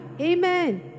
amen